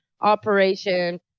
operation